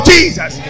Jesus